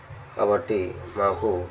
కాబట్టి మాకు